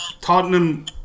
Tottenham